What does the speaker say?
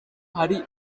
hari